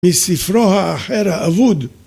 מספרו האחר, האבוד